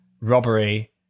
robbery